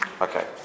Okay